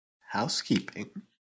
Housekeeping